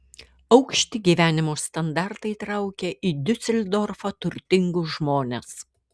aukšti gyvenimo standartai traukia į diuseldorfą turtingus žmones